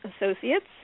Associates